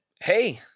Hey